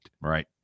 Right